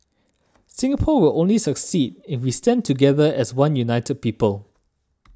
Singapore will only succeed if we stand together as one united people